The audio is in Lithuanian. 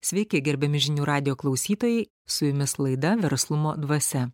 sveiki gerbiami žinių radijo klausytojai su jumis laida verslumo dvasia